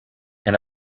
and